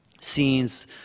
scenes